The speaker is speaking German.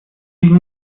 sie